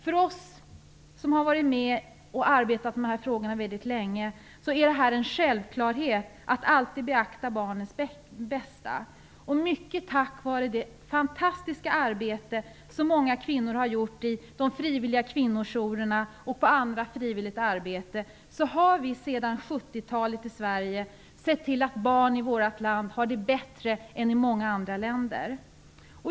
För oss som har arbetat med dessa frågor väldigt länge är det en självklarhet att alltid beakta barns bästa. Mycket tack vare det fantastiska arbete som många kvinnor har gjort vid de frivilliga kvinnorjourerna och genom annat frivilligt arbete har vi sedan 70-talet sett till att barn i Sverige har det bättre än barn i många andra länder.